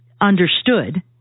understood